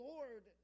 Lord